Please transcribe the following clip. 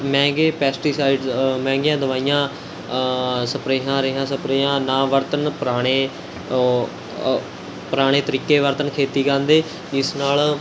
ਮਹਿੰਗੇ ਪੈਸਟੀਸਾਈਡਸ ਮਹਿੰਗੀਆਂ ਦਵਾਈਆਂ ਸਪਰੇਆਂ ਰੇਹਾਂ ਸਪਰੇਆਂ ਨਾ ਵਰਤਣ ਪੁਰਾਣੇ ਪੁਰਾਣੇ ਤਰੀਕੇ ਵਰਤਣ ਖੇਤੀ ਕਰਨ ਦੇ ਜਿਸ ਨਾਲ਼